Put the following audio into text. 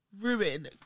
ruin